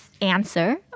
answer